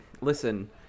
listen